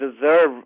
deserve